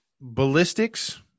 ballistics